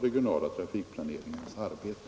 regionala trafikplaneringsarbetet.